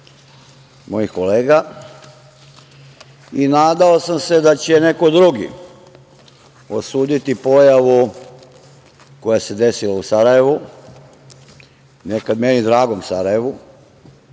mojih kolega i nadao sam se da će neko drugi osuditi pojavu koja se desila u Sarajevu, nekad meni dragom Sarajevu